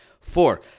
Four